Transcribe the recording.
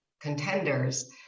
contenders